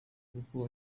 kuko